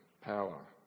power